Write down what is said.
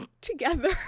together